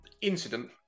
incident